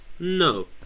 No